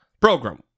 program